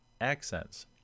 accents